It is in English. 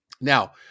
Now